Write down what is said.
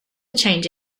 change